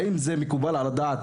האם זה מקובל על דעתכם?